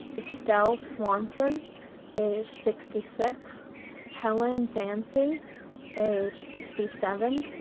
estelle swanson age sixty six helen dansie age sixty seven,